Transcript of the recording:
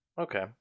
Okay